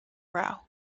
row